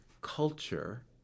culture